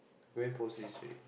we're post this week